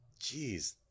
Jeez